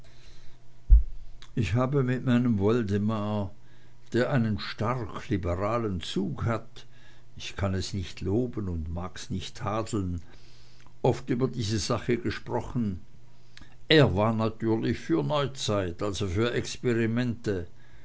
ich habe mit meinem woldemar der einen stark liberalen zug hat ich kann es nicht loben und mag's nicht tadeln oft über diese sache gesprochen er war natürlich für neuzeit also für experimente